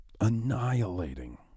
annihilating